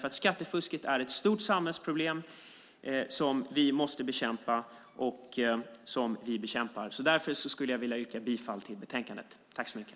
Skattefusket är ett stort samhällsproblem som vi måste bekämpa och som vi bekämpar. Därför vill jag yrka bifall till förslaget i betänkandet.